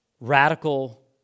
radical